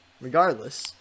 regardless